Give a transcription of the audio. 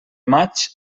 maig